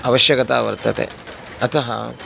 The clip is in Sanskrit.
आवश्यकता वर्तते अतः